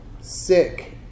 sick